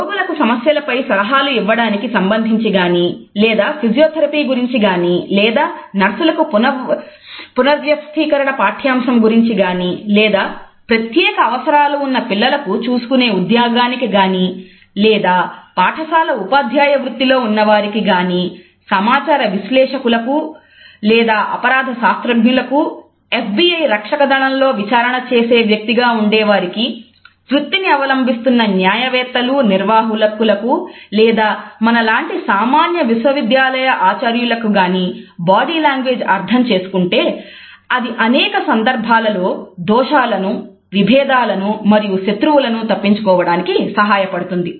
రోగులకు సమస్యలపై సలహాలు ఇవ్వడానికి సంబంధించి గాని లేదా ఫిజియోథెరపీ గురించి గానీ లేదా నర్సులకు పునర్వ్యవస్థీకరణ పాఠ్యాంశం గురించి గానీ లేదా ప్రత్యేక అవసరాలు ఉన్న పిల్లలను చూసుకునే ఉద్యోగానికి గాని లేదా పాఠశాల ఉపాధ్యాయ వృత్తిలో ఉన్నవారికి గాని సమాచార విశ్లేషకులకు గాని లేదా అపరాధ శాస్త్రజ్ఞులకు గానీ FBI రక్షక దళం లో విచారణ చేసే వ్యక్తిగా ఉండేవారికి వృత్తిని అవలంబిస్తున్న న్యాయవేత్తలు నిర్వాహకులకు లేదా మనలాంటి సామాన్య విశ్వవిద్యాలయ ఆచార్యులకు గాని బాడీ లాంగ్వేజ్ను అర్థం చేసుకుంటే అది అనేక సందర్భాలలో దోషాలను విభేదాలను మరియు శత్రువులను తప్పించుకోవడానికిఎందుకంటే అది మనకి భావ వ్యక్తీకరణలో పరస్పర విరుద్ధమైన మాటల యొక్క వివరాన్ని అర్థం చేసుకోవడానికి ఉపయోగపడుతుంది